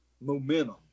momentum